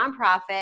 nonprofit